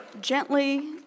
gently